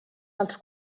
als